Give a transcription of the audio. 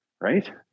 Right